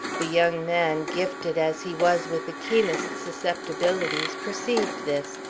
the young man, gifted as he was with the keenest susceptibilities, perceived this,